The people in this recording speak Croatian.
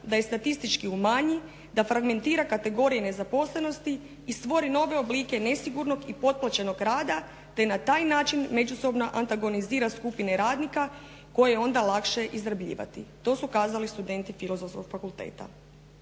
da je statistički umanji, da fragmentira kategorije nezaposlenosti i stvori nove oblike nesigurnog i potplaćenog rada te na taj način međusobno antagonizira skupine radnika koje je onda lakše izrabljivati." To su kazali studenti Filozofskog fakulteta.